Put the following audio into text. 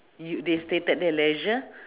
yo~ they stated there leisure